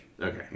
okay